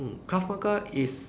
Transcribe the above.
Krav-Maga is